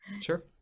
Sure